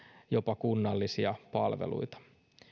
jopa kunnallisia palveluita